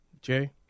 Jay